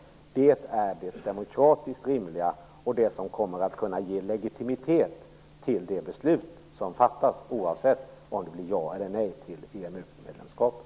Detta är det som är det demokratiskt rimliga och det som kommer att kunna ge legitimitet åt det beslut som fattas, oavsett om det blir ja eller nej till EMU-medlemskapet.